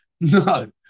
No